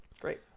great